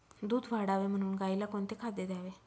दूध वाढावे म्हणून गाईला कोणते खाद्य द्यावे?